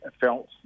felt